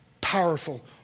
powerful